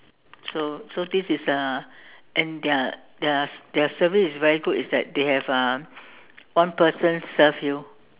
so so this is uh and their their their service is very good is that they have uh one person serve you